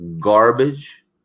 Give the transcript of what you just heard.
garbage